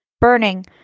Burning